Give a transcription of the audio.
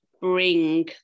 bring